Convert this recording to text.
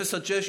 אפס עד שש.